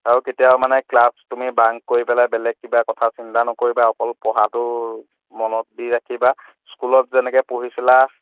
আৰু কেতিয়াও মানে ক্লাছ তুমি বাংক কৰি পেলাই বেলেগ কিবা কথা চিন্তা নকৰিবা অকল পঢ়াটো মনত দি ৰাখিবা স্কুলত যেনেকৈ পঢ়িছিলা